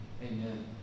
Amen